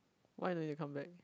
why don't you come back